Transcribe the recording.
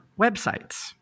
websites